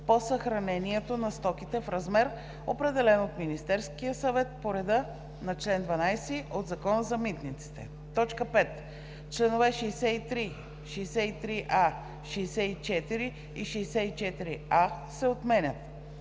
по съхранението на стоките в размер, определен от Министерския съвет по реда на чл. 12 от Закона за митниците.“ 5. Членове 63, 63а, 64 и 64а се отменят.